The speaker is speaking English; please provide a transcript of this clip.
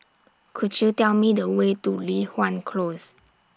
Could YOU Tell Me The Way to Li Hwan Close